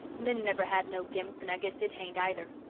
min never had no gimp and i guess it hain't either.